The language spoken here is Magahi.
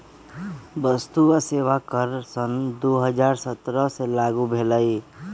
वस्तु आ सेवा कर सन दू हज़ार सत्रह से लागू भेलई